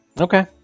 Okay